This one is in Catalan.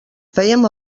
fèiem